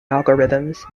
algorithms